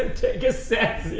a set